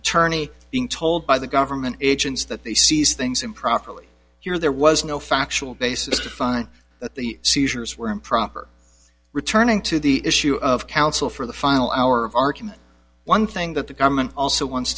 attorney being told by the government agents that they see these things improperly here there was no factual basis to find that the seizures were improper returning to the issue of counsel for the final hour of argument one thing that the government also wants